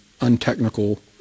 untechnical